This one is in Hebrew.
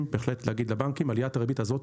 בהחלט להגיד לבנקים עליית הריבית הזאת